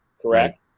correct